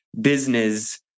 business